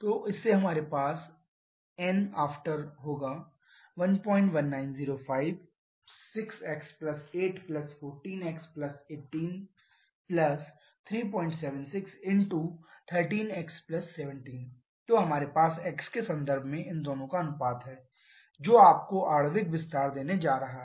तो इससे हमारे पास nafter 11905 6x 8 14x 18 37613x 17 तो हमारे पास x के संदर्भ में इन दोनों का अनुपात है जो आपको आणविक विस्तार देने जा रहा है